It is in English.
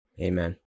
Amen